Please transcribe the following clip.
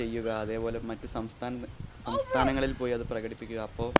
ചെയ്യുക അതേപോലെ മറ്റു സംസ്ഥാന സംസ്ഥാനങ്ങളില്പ്പോയി അതു പ്രകടിപ്പിക്കുക അപ്പോൾ